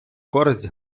користь